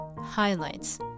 highlights